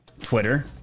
Twitter